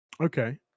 Okay